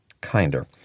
Kinder